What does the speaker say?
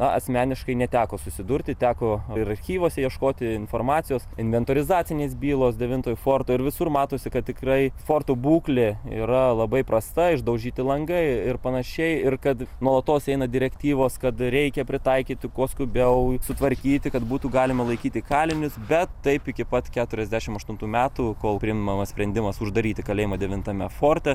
na asmeniškai neteko susidurti teko ir archyvuose ieškoti informacijos inventorizacinės bylos devintojo forto ir visur matosi kad tikrai forto būklė yra labai prasta išdaužyti langai ir panašiai ir kad nuolatos eina direktyvos kad reikia pritaikyti kuo skubiau sutvarkyti kad būtų galima laikyti kalinius bet taip iki pat keturiasdešimt aštuntų metų kol priimamas sprendimas uždaryti kalėjimą devintame forte